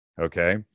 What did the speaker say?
okay